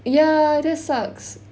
ya that sucks